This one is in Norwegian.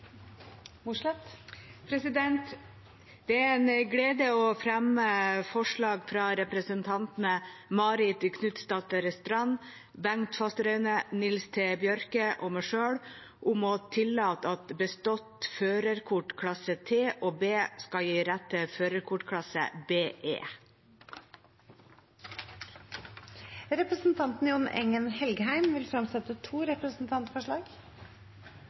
Det er en glede å fremme forslag fra representantene Marit Knutsdatter Strand, Bengt Fasteraune, Nils T. Bjørke og meg selv om å tillate at bestått førerkort klasse T og B skal gi rett til førerkortklasse BE. Representanten Jon Engen-Helgheim vil fremsette to representantforslag.